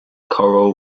choral